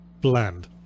bland